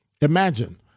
Imagine